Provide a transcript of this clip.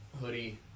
hoodie